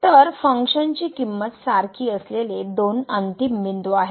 तर फंक्शनची किमंत सारखी असलेले दोन अंतिम बिंदू आहेत